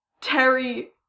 Terry